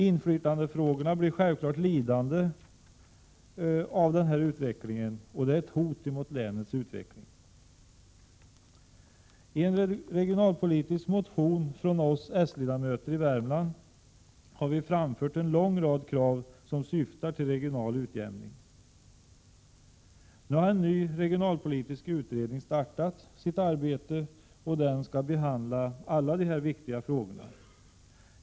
Inflytandefrågorna blir självfallet lidande av den här utvecklingen, och det är ett hot mot länets utveckling. I en regionalpolitisk motion från oss socialdemokratiska ledamöter i Värmland har vi framfört en lång rad krav som syftar till en regional utjämning. Nu har en ny regionalpolitisk utredning startat sitt arbete. Den skall behandla alla dessa viktiga frågor.